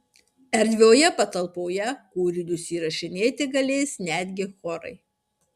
erdvioje patalpoje kūrinius įrašinėti galės netgi chorai